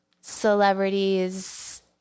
celebrities